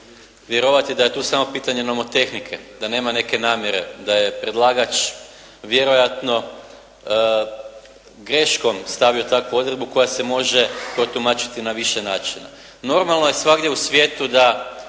vjerovati da je tu samo pitanje nomotehnike, da nema neke namjere, da je predlagač vjerojatno greškom stavio takvu odredbu koja se može protumačiti na više načina. Normalno je svagdje u svijetu da